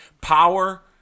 power